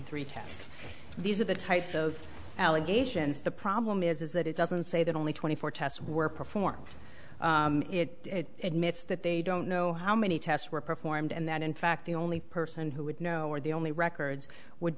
tests these are the types of allegations the problem is that it doesn't say that only twenty four tests were performed it mit's that they don't know how many tests were performed and that in fact the only person who would know were the only records would